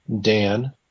Dan